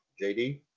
JD